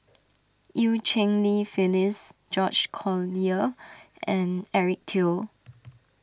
Eu Cheng Li Phyllis George Collyer and Eric Teo